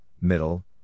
middle